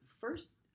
first